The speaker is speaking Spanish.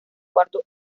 cuarto